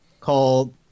called